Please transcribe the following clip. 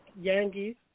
Yankees